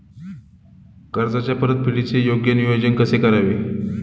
कर्जाच्या परतफेडीचे योग्य नियोजन कसे करावे?